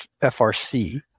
FRC